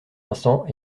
vincent